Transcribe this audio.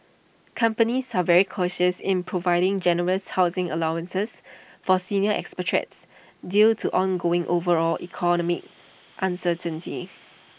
companies are very cautious in providing generous housing allowances for senior expatriates due to ongoing overall economic uncertainty